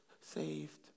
saved